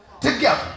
together